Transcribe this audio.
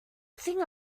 thing